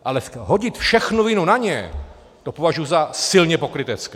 Ale hodit všechnu vinu na ně, to považuji za silně pokrytecké.